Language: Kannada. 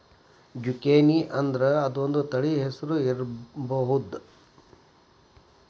ಜುಕೇನಿಅಂದ್ರ ಅದೊಂದ ತಳಿ ಹೆಸರು ಇರ್ಬಹುದ